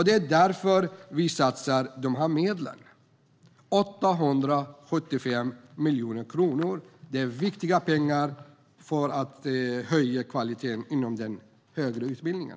Det är därför vi satsar de här medlen - 875 miljoner kronor. Det är viktiga pengar för att höja kvaliteten inom den högre utbildningen.